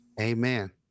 Amen